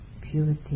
purity